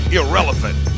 irrelevant